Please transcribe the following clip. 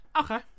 Okay